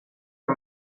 que